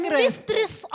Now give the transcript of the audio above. mistress